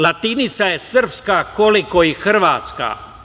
Latinica je srpska koliko i hrvatska.